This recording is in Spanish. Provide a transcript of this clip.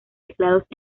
teclados